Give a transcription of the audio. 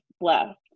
left